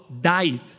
died